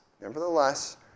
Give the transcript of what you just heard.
nevertheless